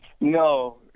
No